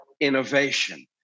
innovation